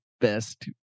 best